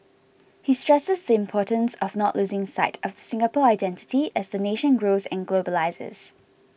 he stresses the importance of not losing sight of the Singapore identity as the nation grows and globalises